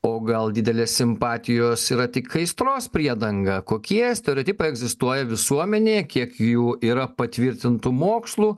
o gal didelės simpatijos yra tik aistros priedanga kokie stereotipai egzistuoja visuomenėje kiek jų yra patvirtintų mokslu